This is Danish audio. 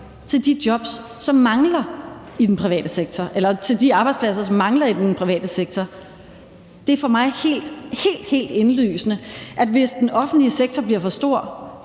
til de arbejdspladser, som ikke er besat i den private sektor. Det er for mig helt, helt indlysende, at hvis den offentlige sektor bliver for stor